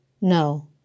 No